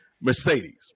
Mercedes